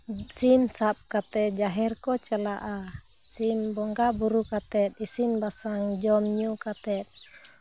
ᱥᱤᱢ ᱥᱟᱵᱽ ᱠᱟᱛᱮ ᱡᱟᱦᱮᱨ ᱠᱚ ᱪᱟᱞᱟᱜᱼᱟ ᱥᱤᱢ ᱵᱚᱸᱜᱟᱼᱵᱳᱨᱳ ᱠᱟᱛᱮ ᱤᱥᱤᱱᱼᱵᱟᱥᱟᱝ ᱡᱚᱢᱼᱧᱩ ᱠᱟᱛᱮ